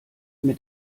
mit